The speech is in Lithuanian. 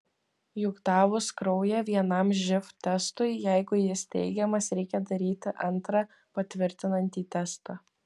juk davus kraują vienam živ testui jeigu jis teigiamas reikia daryti antrą patvirtinantį testą